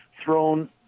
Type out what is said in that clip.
thrown